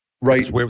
Right